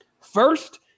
First